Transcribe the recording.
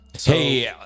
Hey